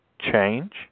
change